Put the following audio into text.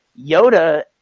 Yoda